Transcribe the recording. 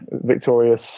victorious